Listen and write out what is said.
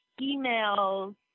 emails